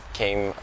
came